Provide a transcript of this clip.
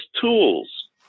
tools